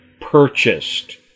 purchased